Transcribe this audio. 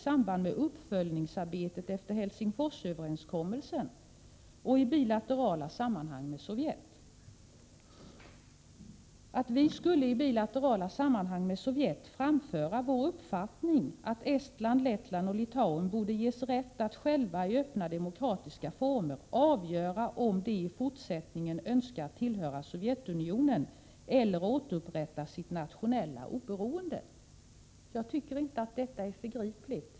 Vidare menar han att det är viktigt att ”Sverige i samband med uppföljningsarbetet efter Helsingforsöverenskommelsen och i bilaterala sammanhang med Sovjet, framför som sin uppfattning att Estland, Lettland och Litauen borde ges rätt att själva i öppna demokratiska former avgöra om de i fortsättningen önskar tillhöra Sovjetunionen, eller återupprätta sitt nationella oberoende”. Jag tycker inte det är förgripligt.